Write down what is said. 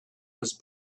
was